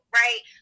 right